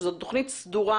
שזאת תוכנית סדורה,